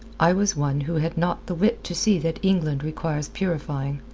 i was one who had not the wit to see that england requires purifying.